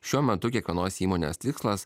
šiuo metu kiekvienos įmonės tikslas